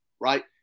right